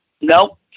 nope